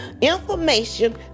information